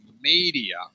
media